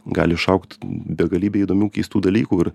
gali išaugt begalybė įdomių keistų dalykų ir